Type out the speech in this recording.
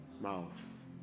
mouth